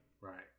Right